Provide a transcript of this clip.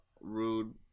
Rude